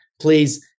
please